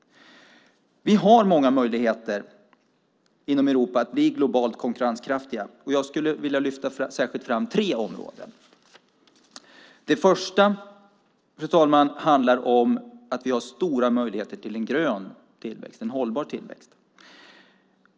Vi har i Europa många möjligheter att bli globalt konkurrenskraftiga. Jag skulle särskilt vilja lyfta fram tre områden. Det första området handlar om att vi har stora möjligheter till grön tillväxt, en hållbar tillväxt.